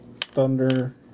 thunder